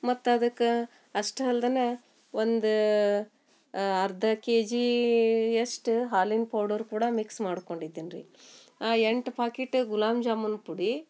ಮತ್ತು ಅದಕ್ಕೆ ಅಷ್ಟೇ ಅಲ್ದ ಒಂದು ಅರ್ಧ ಕೆಜೀಯಷ್ಟು ಹಾಲಿನ ಪೌಡರ್ ಕೂಡ ಮಿಕ್ಸ್ ಮಾಡ್ಕೊಂಡಿದ್ದೀನಿ ರೀ ಆ ಎಂಟು ಪಾಕಿಟ ಗುಲಾಬ್ ಜಾಮೂನ್ ಪುಡಿ